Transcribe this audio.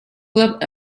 club